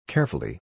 Carefully